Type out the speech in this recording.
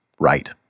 Right